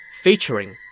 featuring